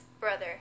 brother